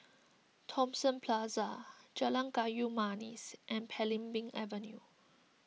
Thomson Plaza Jalan Kayu Manis and Belimbing Avenue